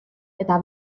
eta